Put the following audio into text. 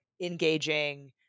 engaging